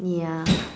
ya